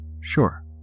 Sure